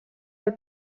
del